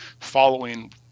following